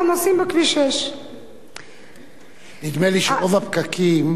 נוסעים בכביש 6. נדמה לי שרוב הפקקים,